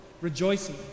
rejoicing